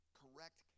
correct